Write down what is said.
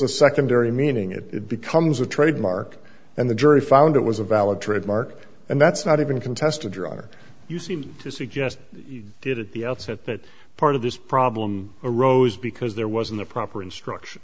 a secondary meaning it becomes a trademark and the jury found it was a valid trademark and that's not even contested your honor you seem to suggest you get at the outset that part of this problem arose because there wasn't a proper instruction